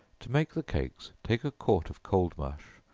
to make the cakes, take a quart of cold mush,